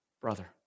brother